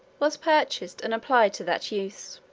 was purchased and applied to that use.